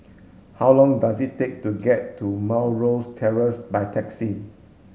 how long does it take to get to Mount Rosie Terrace by taxi